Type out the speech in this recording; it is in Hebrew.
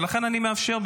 ולכן אני מאפשר,